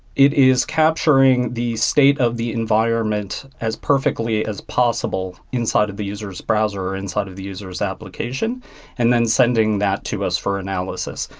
it is capturing the state of the environment as perfectly as possible inside of the user's browser or inside of the user's application and then sending that to us for analysis.